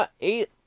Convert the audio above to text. eight